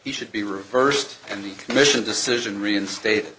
he should be reversed and the commission decision reinstate